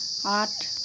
आठ